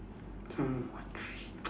two or three